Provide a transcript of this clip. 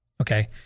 Okay